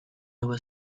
was